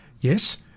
Yes